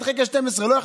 אחד חלקי 12 או לא,